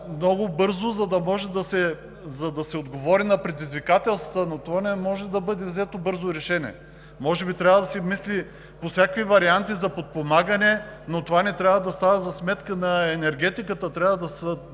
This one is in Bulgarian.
много бързо, за да може да се отговори на предизвикателствата, но то не може да бъде взето бързо. Може би трябва да се мисли по всякакви варианти за подпомагане, но това не трябва да става за сметка на енергетиката, а трябва да